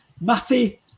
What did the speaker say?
Matty